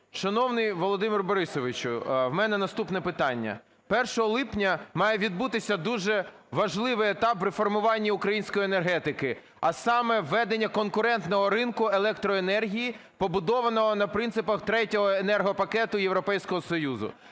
Шановний Володимире Борисовичу, в мене наступне питання. 1 липня має відбутися дуже важливий етап у реформуванні української енергетики, а саме: введення конкурентного ринку електроенергії, побудованого на принципах Третього енергопакета Європейського Союзу.